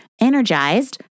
energized